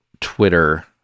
Twitter